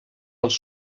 als